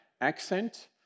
accent